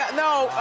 no,